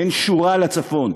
אין שורה על הצפון.